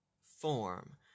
form